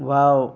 wow